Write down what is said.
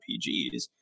RPGs